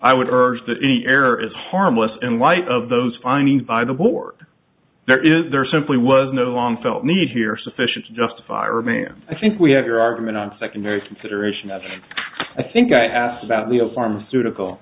i would urge that any error is harmless in light of those findings by the board there is there simply was no long felt need here sufficient to justify remand i think we have your argument on secondary consideration that i think i asked about the a pharmaceutical